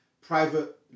private